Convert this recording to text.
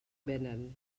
venen